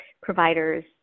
providers